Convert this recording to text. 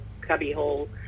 cubbyhole